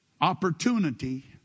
opportunity